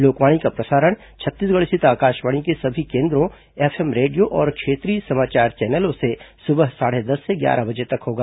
लोकवाणी का प्रसारण छत्तीसगढ़ स्थित आकाशवाणी के सभी केन्द्रों एफएम रेडियो और क्षेत्रीय समाचार चौनलों से सुबह साढ़े दस से ग्यारह बजे तक होगा